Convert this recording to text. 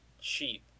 cheap